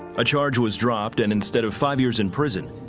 charge was dropped, and instead of five years in prison,